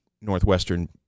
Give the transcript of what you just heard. Northwestern